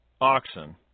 oxen